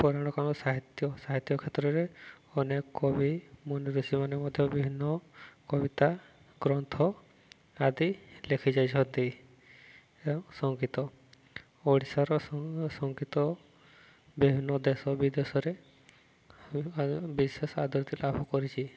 ପୁରାଣ କ'ଣ ସାହିତ୍ୟ ସାହିତ୍ୟ କ୍ଷେତ୍ରରେ ଅନେକ କବି ମୁନି ଋଷି ମାନେ ମଧ୍ୟ ବିଭିନ୍ନ କବିତା ଗ୍ରନ୍ଥ ଆଦି ଲେଖି ଯାଇଛନ୍ତି ସଙ୍ଗୀତ ଓଡ଼ିଶାର ସଙ୍ଗୀତ ବିଭିନ୍ନ ଦେଶ ବିଦେଶରେ ବିଶେଷ ଆଦୃତ ଲାଭ କରିଛି